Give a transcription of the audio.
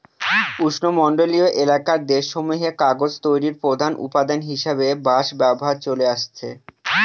উষ্ণমন্ডলীয় এলাকার দেশসমূহে কাগজ তৈরির প্রধান উপাদান হিসাবে বাঁশ ব্যবহার চলে আসছে